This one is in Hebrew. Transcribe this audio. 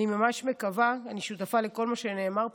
ואני ממש מקווה אני שותפה לכל מה שנאמר פה,